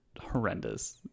horrendous